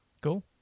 Cool